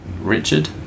Richard